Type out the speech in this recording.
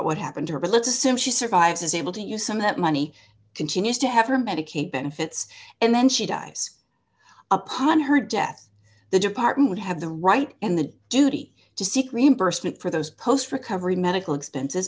what happened to her but let's assume she survives is able to use some of that money continues to have her medicaid benefits and then she dies upon her death the department would have the right and the duty to seek reimbursement for those posts recovery medical expenses